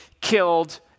killed